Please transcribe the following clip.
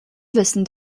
wissen